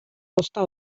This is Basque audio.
ozta